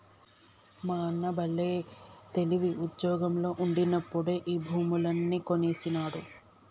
మా అన్న బల్లే తెలివి, ఉజ్జోగంలో ఉండినప్పుడే ఈ భూములన్నీ కొనేసినాడు